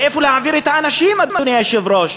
לאן להעביר את האנשים, אדוני היושב-ראש,